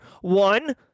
One